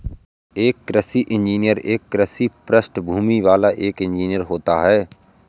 एक कृषि इंजीनियर एक कृषि पृष्ठभूमि वाला एक इंजीनियर होता है